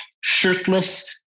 shirtless